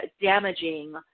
damaging